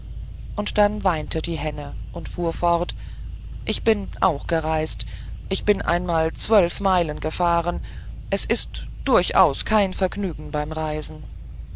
und dann weinte die henne und fuhr fort ich bin auch gereist ich bin einmal über zwölf meilen gefahren es ist durchaus kein vergnügen beim reisen